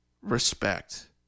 respect